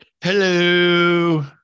Hello